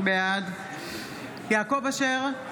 בעד יעקב אשר,